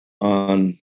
on